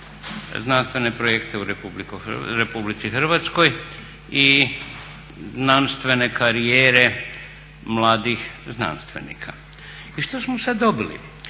znanstvene projekte u Republici Hrvatskoj i znanstvene karijere mladih znanstvenika. I što smo sad dobili?